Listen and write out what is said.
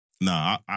nah